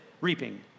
reaping